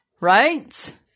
Right